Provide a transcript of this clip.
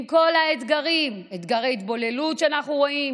עם כל האתגרים, אתגר ההתבוללות שאנחנו רואים,